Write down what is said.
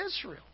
Israel